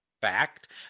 fact